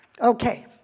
Okay